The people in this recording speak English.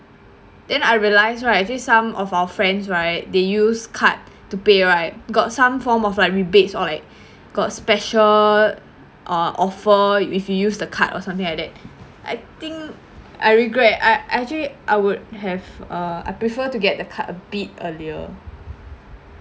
then I realised right actually some of our friends right they use card to pay right got some form of like rebates or like got special uh offer if you use the card or something like that I think I regret I I actually I would have uh I prefer to get the card a bit earlier